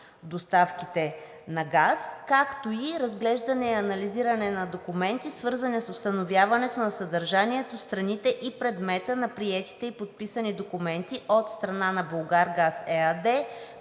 доставките на газ, както и разглеждане и анализиране на документи, свързани с установяването на съдържанието, страните и предмета на приетите и подписани документи от страна на „Булгаргаз“ ЕАД,